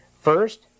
First